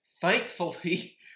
Thankfully